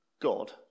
God